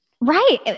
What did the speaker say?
Right